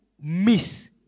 miss